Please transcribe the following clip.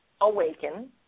awaken